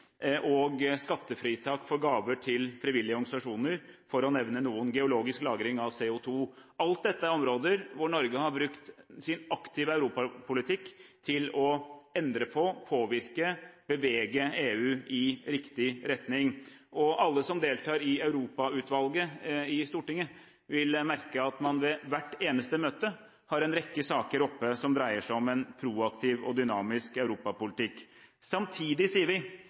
og skattefritak for gaver til frivillige organisasjoner, for å nevne noen – og geologisk lagring av CO2. Alt dette er områder hvor Norge har brukt sin aktive europapolitikk til å endre, påvirke og bevege EU i riktig retning. Og alle som deltar i Europautvalget i Stortinget, vil merke at man ved hvert eneste møte har en rekke saker oppe som dreier seg om en proaktiv og dynamisk europapolitikk. Samtidig sier vi